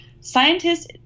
Scientists